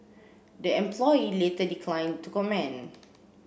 the employee later declined to comment